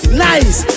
nice